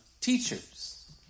teachers